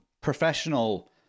professional